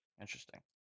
Interesting